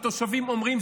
התושבים אומרים,